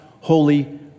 holy